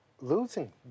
losing